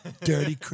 Dirty